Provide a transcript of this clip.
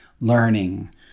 learning